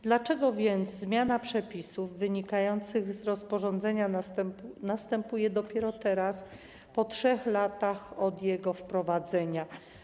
Dlaczego więc zmiana przepisów wynikających z rozporządzenia następuje dopiero teraz, po 3 latach od jego wprowadzenia?